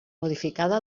modificada